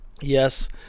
Yes